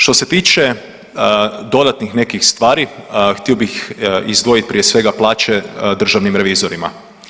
Što se tiče dodatnih nekih stvari htio bih izdvojit prije svega plaće državnim revizorima.